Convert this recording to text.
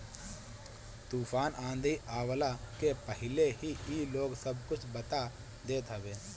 तूफ़ान आंधी आवला के पहिले ही इ लोग सब कुछ बता देत हवे